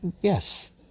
yes